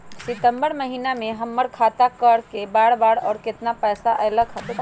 सितम्बर महीना में हमर खाता पर कय बार बार और केतना केतना पैसा अयलक ह?